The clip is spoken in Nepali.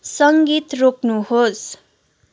सङ्गीत रोक्नुहोस्